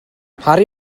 harri